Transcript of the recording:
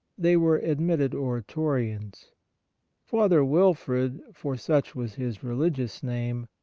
they were admitted oratorians father wil frid, for such was his rehgious name,